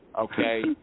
Okay